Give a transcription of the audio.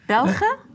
Belgen